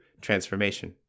transformation